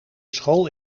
school